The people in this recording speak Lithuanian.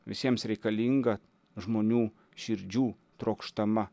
visiems reikalinga žmonių širdžių trokštama